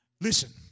Listen